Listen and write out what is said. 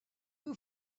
who